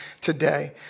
today